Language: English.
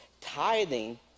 tithing